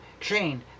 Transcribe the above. chain